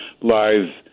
lies